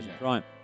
Right